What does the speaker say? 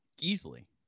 easily